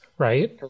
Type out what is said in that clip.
Right